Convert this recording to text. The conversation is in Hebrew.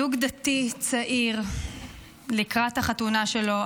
זוג דתי צעיר לקראת החתונה שלו,